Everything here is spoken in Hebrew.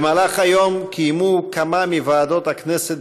במהלך היום קיימנו בכמה מוועדות הכנסת